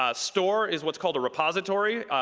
ah store is what's called a repository.